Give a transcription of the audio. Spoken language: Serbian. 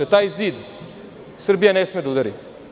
Taj zid Srbija ne sme da udari.